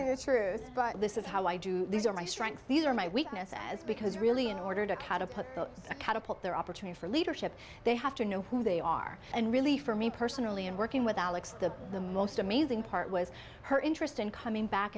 telling the truth but this is how i do these are my strengths these are my weakness as because really in order to catapult the catapult their opportunity for leadership they have to know who they are and really for me personally and working with alex the the most amazing part was her interest in coming back